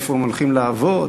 איפה הם הולכים לעבוד?